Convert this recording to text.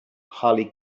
holly